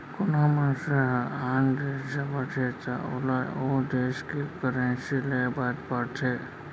कोना मनसे ह आन देस जावत हे त ओला ओ देस के करेंसी लेय बर पड़थे